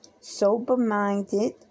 sober-minded